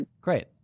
Great